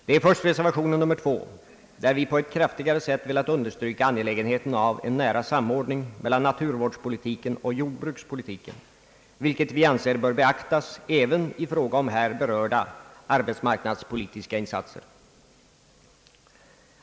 Det är först reservation nr 2 där vi på ett kraftfullare sätt än utskottet velat understryka angelägenheten av en nära samordning mellan naturvårdspolitiken och jordbrukspolitiken, vilket vi anser bör beaktas även i fråga om hör berörda arbetsmarknadspolitiska insatser.